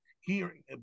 hearing